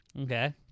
Okay